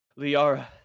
Liara